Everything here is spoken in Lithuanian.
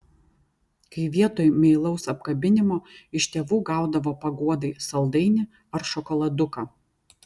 kai vietoj meilaus apkabinimo iš tėvų gaudavo paguodai saldainį ar šokoladuką